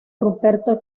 ruperto